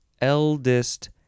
Eldest